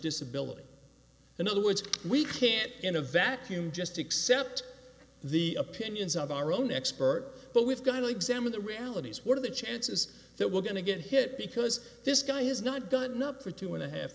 disability in other words we can't in a vacuum just accept the opinions of our own expert but we've got to like examine the realities what are the chances that we're going to get hit because this guy has not gotten up for two and a half